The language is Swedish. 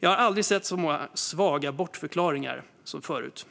Jag har aldrig sett så många svaga bortförklaringar förut.